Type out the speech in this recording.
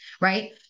right